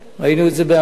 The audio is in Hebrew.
ראינו את זה בעבר.